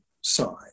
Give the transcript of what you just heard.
side